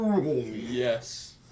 Yes